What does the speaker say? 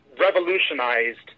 revolutionized